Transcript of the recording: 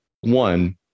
one